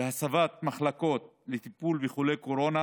והסבת מחלקות לטיפול בחולי קורונה